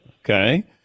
Okay